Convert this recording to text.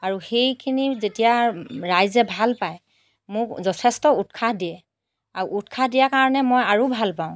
আৰু সেইখিনি যেতিয়া ৰাইজে ভাল পায় মোক যথেষ্ট উৎসাহ দিয়ে আৰু উৎসাহ দিয়াৰ কাৰণে মই আৰু ভাল পাওঁ